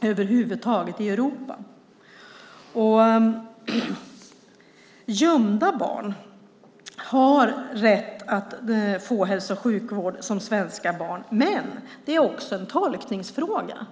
över huvud taget i Europa. Gömda barn har rätt att få hälso och sjukvård som svenska barn. Men det är också en tolkningsfråga.